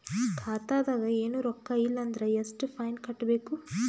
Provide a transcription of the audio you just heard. ಖಾತಾದಾಗ ಏನು ರೊಕ್ಕ ಇಲ್ಲ ಅಂದರ ಎಷ್ಟ ಫೈನ್ ಕಟ್ಟಬೇಕು?